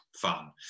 fun